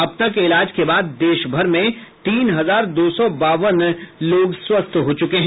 अब तक इलाज के बाद देश भर में तीन हजार दो सौ बावन लोग स्वस्थ हो चुके हैं